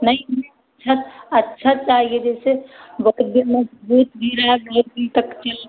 नहीं मैं छत अच्छा चाहिए जैसे बहुत ही मजबूत हीरा गाड़ी तक चले